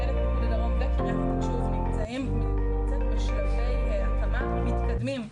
מפקדת פיקוד הדרום וקריית התקשוב נמצאות בשלבי הקמה מתקדמים.